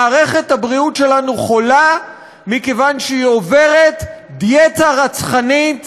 מערכת הבריאות שלנו חולה מכיוון שהיא עוברת דיאטה רצחנית,